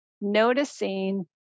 noticing